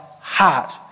heart